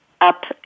up